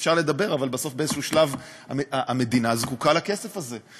אפשר לדבר אבל בסוף באיזשהו שלב המדינה זקוקה לכסף הזה.